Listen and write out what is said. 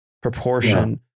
proportion